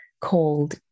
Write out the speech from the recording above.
called